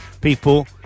people